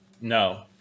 No